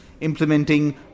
implementing